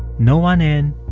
no one in.